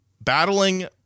Battling